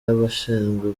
y’abashinzwe